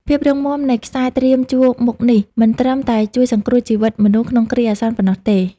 ភាពរឹងមាំនៃខ្សែត្រៀមជួរមុខនេះ មិនត្រឹមតែជួយសង្គ្រោះជីវិតមនុស្សក្នុងគ្រាអាសន្នប៉ុណ្ណោះទេ។